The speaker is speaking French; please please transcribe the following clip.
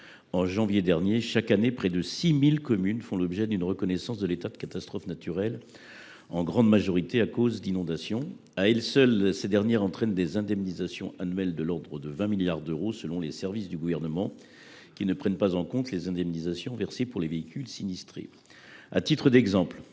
en janvier dernier. Chaque année, près de 6 000 communes font l’objet d’une reconnaissance de l’état de catastrophe naturelle, en grande majorité à cause d’inondations. À elles seules, ces dernières entraînent des indemnisations annuelles de l’ordre de 20 milliards d’euros, selon les services du Gouvernement, qui ne prennent pas en compte les indemnisations versées pour les véhicules sinistrés. À titre d’exemple,